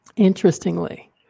Interestingly